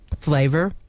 flavor